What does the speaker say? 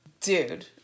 Dude